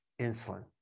insulin